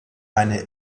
eine